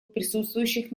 присутствующих